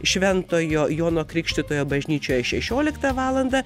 šventojo jono krikštytojo bažnyčioj šešioliktą valandą